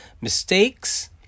mistakes